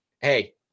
hey